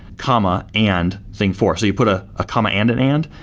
comma and thing four. so you put a ah comma and an and.